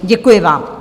Děkuji vám.